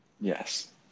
Yes